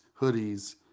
hoodies